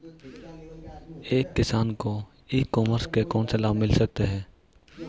एक किसान को ई कॉमर्स के कौनसे लाभ मिल सकते हैं?